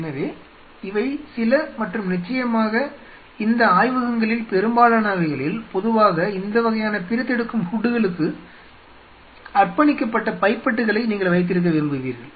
எனவே இவை சில மற்றும் நிச்சயமாக இந்த ஆய்வகங்களில் பெரும்பாலானவைகளில் பொதுவாக இந்த வகையான பிரித்தெடுக்கும் ஹூட்களுக்கு அர்ப்பணிக்கப்பட்ட பைப்பெட்டுகளை நீங்கள் வைத்திருக்க விரும்புவீர்கள்